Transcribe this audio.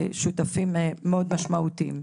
אנחנו שותפים מאוד משמעותיים.